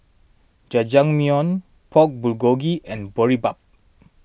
Jajangmyeon Pork Bulgogi and Boribap